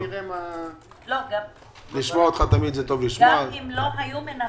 תמיד טוב לשמוע אותך.